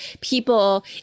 people